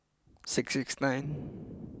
six six nine